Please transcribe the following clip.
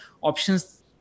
options